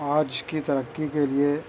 آج کی ترقی کے لیے